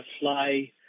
fly